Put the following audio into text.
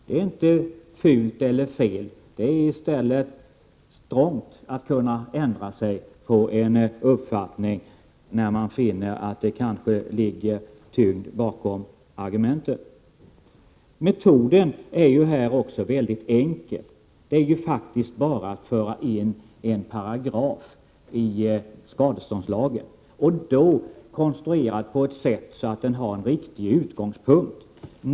Det är inte fult eller fel, utan det är i stället strongt att kunna ändra uppfattning när man finner att det kanske ligger tyngd bakom argumenten. Metoden är mycket enkel. Det är nämligen bara att föra in en paragraf i skadeståndslagen som är konstruerad så att den har en riktig utgångspunkt.